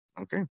okay